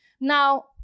Now